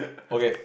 okay